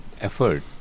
effort